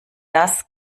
das